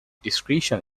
discretion